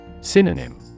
Synonym